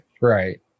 Right